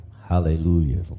Hallelujah